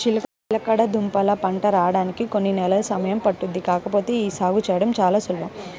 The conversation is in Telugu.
చిలకడదుంపల పంట రాడానికి కొన్ని నెలలు సమయం పట్టుద్ది కాకపోతే యీ సాగు చేయడం చానా సులభం